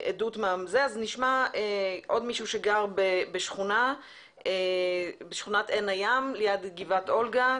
נשמע מישהו שגר בשכונת עין הים ליד גבעת אולגה.